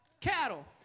cattle